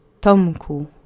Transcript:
Tomku